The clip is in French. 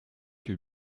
que